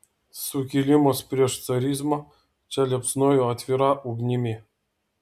sukilimas prieš carizmą čia liepsnojo atvira ugnimi